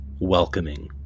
welcoming